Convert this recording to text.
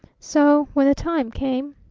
so when the time came